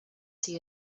see